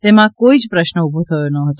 તેમા કોઇ જ પ્રશ્ન ઉભો થયો નહોતો